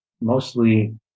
mostly